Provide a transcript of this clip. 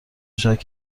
میشود